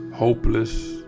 hopeless